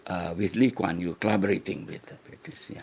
ah with lee kuan yew collaborating with the british. yeah